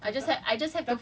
but it's not that much I think